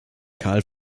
karl